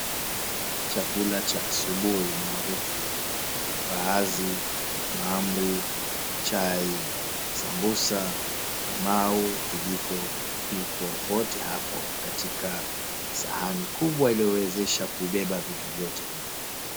Chakula cha asubuhi maarufu; mbaazi, mahamri, chai, sambusa, limau vipo vyote hapo katika sahani kubwa iliyowezesha kubeba vitu vyote.